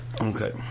okay